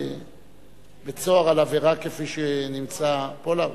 בבית-סוהר על עבירה כפי שנמצא פולארד?